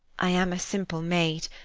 i am a simple maid,